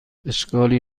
اشکالی